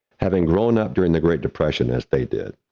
having grown up during the great depression, as they did,